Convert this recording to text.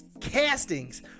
castings